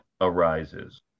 arises